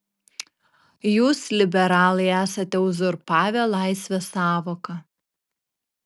jūs liberalai esate uzurpavę laisvės sąvoką